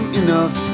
enough